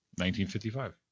1955